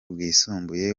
bwisumbuye